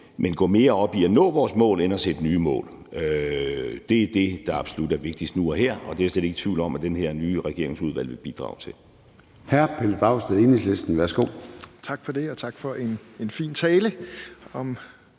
men gå mere op i at nå vores mål end at sætte nye mål. Det er det, der absolut er vigtigst nu og her, og det er jeg slet ikke i tvivl om at det her nye regeringsudvalg vil bidrage til.